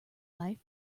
life